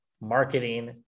marketing